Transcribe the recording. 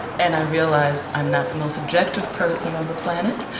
and i realize i'm not the most objective person on the planet,